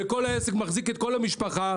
כל העסק מחזיק את כל המשפחה.